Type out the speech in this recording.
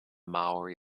maori